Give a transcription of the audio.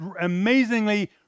amazingly